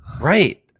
right